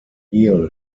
meal